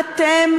איזה עולם הפוך?